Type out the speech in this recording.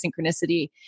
synchronicity